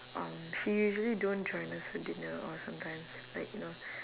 um she usually don't join us for dinner or sometimes like you know